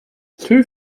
two